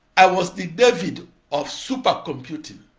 i was the david of supercomputing.